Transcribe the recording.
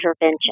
intervention